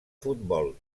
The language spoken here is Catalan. futbol